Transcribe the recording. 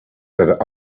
that